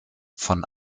von